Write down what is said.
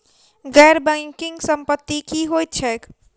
गैर बैंकिंग संपति की होइत छैक?